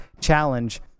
challenge